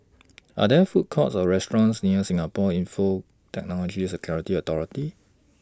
Are There Food Courts Or restaurants near Singapore Infocomm Technology Security Authority